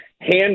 hand